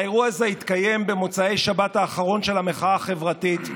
האירוע הזה התקיים במוצאי השבת האחרון של המחאה החברתית,